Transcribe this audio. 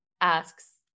asks